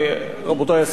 עמיתי חברי הכנסת,